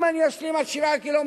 אם אני אשלים עד 7 קילומטרים,